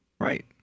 Right